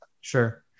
Sure